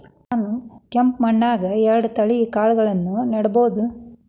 ನಾನ್ ಕೆಂಪ್ ಮಣ್ಣನ್ಯಾಗ್ ಎರಡ್ ತಳಿ ಕಾಳ್ಗಳನ್ನು ನೆಡಬೋದ?